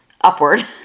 upward